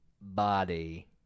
body